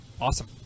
awesome